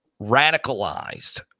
radicalized